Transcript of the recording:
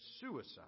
suicide